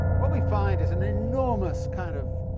what we find is an enormous kind of